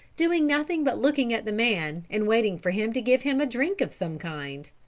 doing nothing but looking at the man and waiting for him to give him a drink of some kind.